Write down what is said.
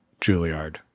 Juilliard